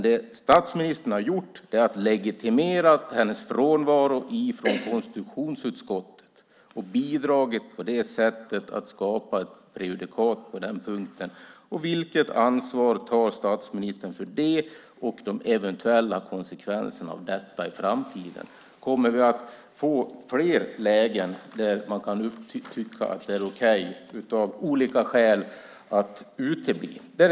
Det statsministern har gjort är att legitimera hennes frånvaro i konstitutionsutskottet. Han har på det sättet bidragit till att skapa ett prejudikat på den punkten. Vilket ansvar tar statsministern för det och de eventuella konsekvenserna av detta i framtiden? Kommer vi att få fler lägen där man av olika skäl kan tycka att det är okej att utebli?